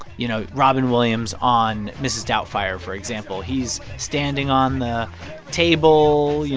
you know, robin williams on mrs. doubtfire, for example. he's standing on the table, you